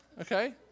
okay